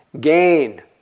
Gain